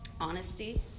Honesty